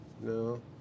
no